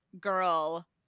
girl